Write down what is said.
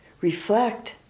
reflect